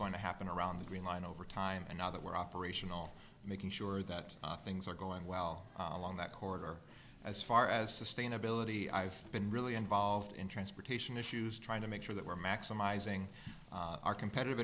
going to happen around the green line over time and now that we're operational making sure that things are going well along that corridor as far as sustainability i've been really involved in transportation issues trying to make sure that we're maximizing our competitive